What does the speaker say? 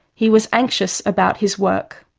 he was anxious about his work.